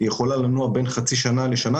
היא יכולה לנוע בין חצי שנה לשנה,